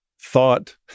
thought